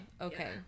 okay